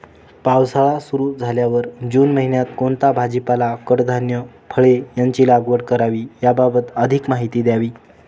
पावसाळा सुरु झाल्यावर जून महिन्यात कोणता भाजीपाला, कडधान्य, फळे यांची लागवड करावी याबाबत अधिक माहिती द्यावी?